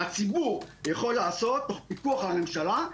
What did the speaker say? הציבור יכול לעשות תוך פיקוח על הממשלה,